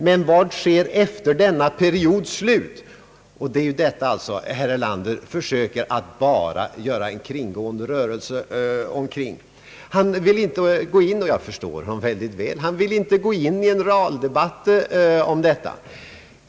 Men vad sker efter denna periods slut? Det är allså detta, som herr Erlander försöker att bara göra en kringgående rörelse kring. Han vill inte — och jag förstår honom väl — gå in i en realdebatt om detta.